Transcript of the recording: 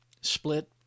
split